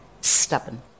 stubborn